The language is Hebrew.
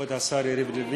כבוד השר יריב לוין,